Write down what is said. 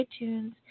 iTunes